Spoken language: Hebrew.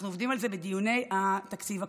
אנחנו עובדים על זה בדיוני התקציב הקרובים.